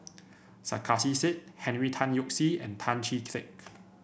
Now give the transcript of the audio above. Sarkasi Said Henry Tan Yoke See and Tan Chee Teck